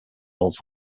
roles